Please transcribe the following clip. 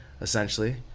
essentially